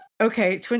Okay